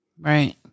Right